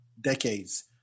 decades